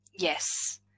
Yes